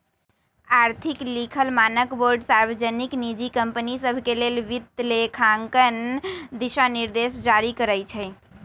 आर्थिक लिखल मानकबोर्ड सार्वजनिक, निजी कंपनि सभके लेल वित्तलेखांकन दिशानिर्देश जारी करइ छै